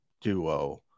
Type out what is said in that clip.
duo